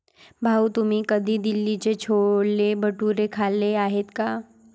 भाऊ, तुम्ही कधी दिल्लीचे छोले भटुरे खाल्ले आहेत का?